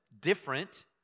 different